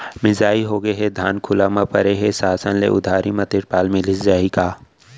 मिंजाई होगे हे, धान खुला म परे हे, शासन ले उधारी म तिरपाल मिलिस जाही का?